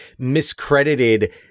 miscredited